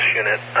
unit